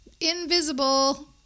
Invisible